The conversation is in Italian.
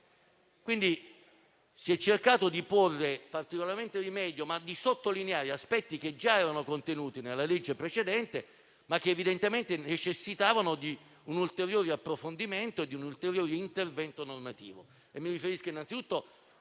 Si è cercato di porre particolare rimedio ad aspetti già contenuti nella legge precedente, che evidentemente necessitavano di un ulteriore approfondimento, di un ulteriore intervento normativo.